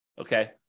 okay